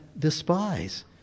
despise